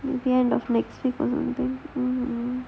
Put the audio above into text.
maybe end of next week or something